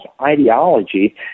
ideology